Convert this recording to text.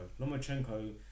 Lomachenko